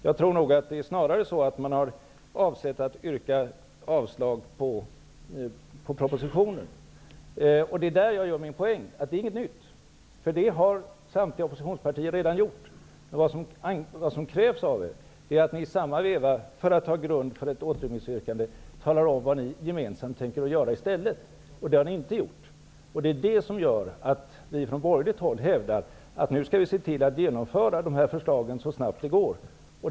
Man har snarare avsett att yrka avslag på propositionen, och det är min poäng. Detta är inget nytt -- det har samtliga oppositionspartier redan gjort. Vad som krävs av er är att ni, för att ha grund för ett återremissyrkande, talar om vad ni gemensamt tänker göra i stället. Det har ni inte gjort. Detta gör att vi från borgerligt håll hävdar att vi nu skall se till att dessa förslag genomförs så snabbt det går.